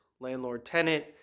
landlord-tenant